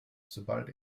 sobald